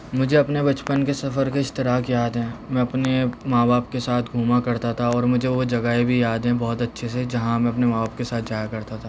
مجھے اپنے بچپن کے سفر کا اشتراک یاد ہیں میں اپنے ماں باپ کے ساتھ گھوما کرتا تھا اور مجھے وہ جگہیں بھی یاد ہیں بہت اچھے سے جہاں میں اپنے ماں باپ کے ساتھ جایا کرتا تھا